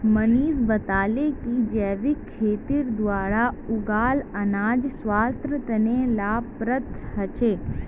मनीष बताले कि जैविक खेतीर द्वारा उगाल अनाज स्वास्थ्य तने लाभप्रद ह छे